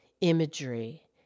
imagery